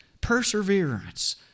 perseverance